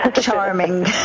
charming